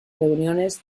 reuniones